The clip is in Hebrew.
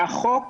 החוק